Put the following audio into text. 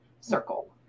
circle